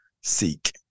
seek